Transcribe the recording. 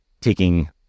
taking